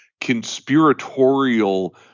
conspiratorial